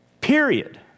Period